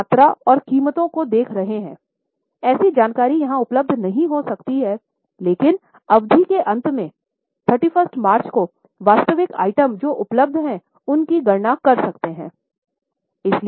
हम मात्रा और कीमतों को देख रहे थे ऐसी जानकारी यहां उपलब्ध नहीं हो सकती है लेकिन अवधि के अंत में 31 मार्च को वास्तविक आइटम जो उपलब्ध वे उनकी गणना कर सकते हैं